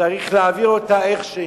צריך להעביר אותה איך שהיא.